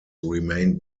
remained